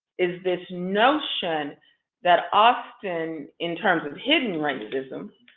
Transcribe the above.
is this notion that austin, in terms of hidden racism,